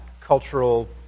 cultural